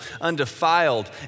undefiled